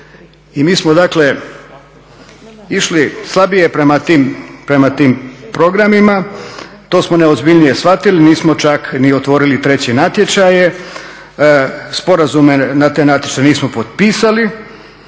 I mi smo dakle išli slabije prema tim programima, to smo neozbiljnije shvatili, nismo čak ni otvorili treće natječaje, sporazume na te natječaje nismo potpisali,